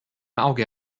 auge